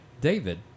David